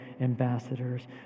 ambassadors